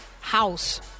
house